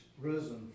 risen